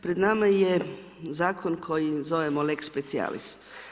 Pred nama je Zakon koji zovemo lex specialis.